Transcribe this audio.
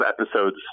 episodes